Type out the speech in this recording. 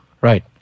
Right